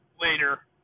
later